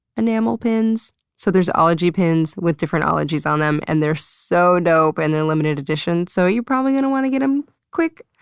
enamel pins. so there's ology pins with different ologies on them. and they're so dope and they're limited edition, so you're probably gonna wanna get em quick.